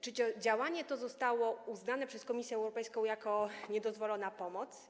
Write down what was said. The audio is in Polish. Czy działanie to zostało uznane przez Komisję Europejską za niedozwoloną pomoc?